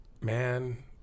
man